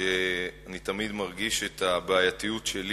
שאני תמיד מרגיש את הבעייתיות שלי